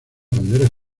banderas